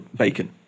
bacon